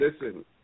listen